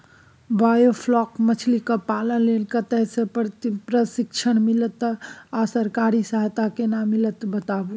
Biofloc मछलीपालन लेल कतय स प्रशिक्षण मिलत आ सरकारी सहायता केना मिलत बताबू?